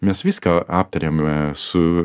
mes viską aptariame e su